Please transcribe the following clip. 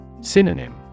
Synonym